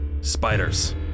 Spiders